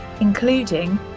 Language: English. including